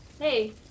Hey